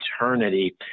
eternity